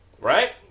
right